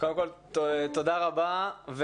קודם כל תודה רבה.